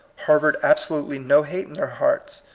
harbored absolutely no hate in their hearts,